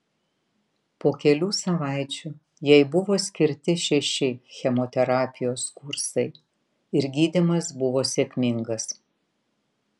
po kelių savaičių jai buvo skirti šeši chemoterapijos kursai ir gydymas buvo sėkmingas